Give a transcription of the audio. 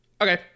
Okay